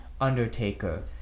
Undertaker